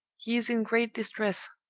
he is in great distress,